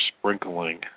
sprinkling